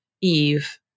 Eve